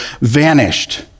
vanished